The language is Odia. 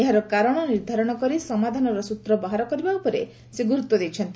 ଏହାର କାରଣ ନିର୍ଦ୍ଧାରଣ କରି ସମାଧାନର ସ୍ୱତ୍ର ବାହାର କରିବା ଉପରେ ସେ ଗୁରୁତ୍ୱ ଦେଇଛନ୍ତି